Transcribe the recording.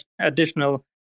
additional